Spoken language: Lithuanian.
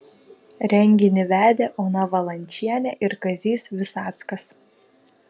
renginį vedė ona valančienė ir kazys visackas